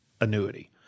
annuity